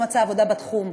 הוא לא מצא עבודה בתחום.